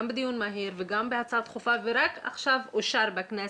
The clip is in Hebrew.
גם בדיון מהיר וגם בהצעה דחופה ורק עכשיו אושר בכנסת.